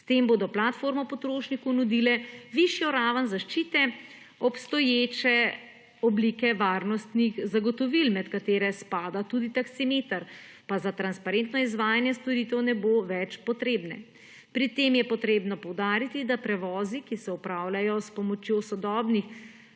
S tem bodo platformo potrošniku nudile višjo raven zaščite obstoječe oblike varnostnih zagotovil med katere spada tudi taksimeter pa za transparentno izvajanje storitev ne bo več potrebne. Pri tem je potrebno poudariti, da prevozi, ki se opravljajo s pomočjo sodobnih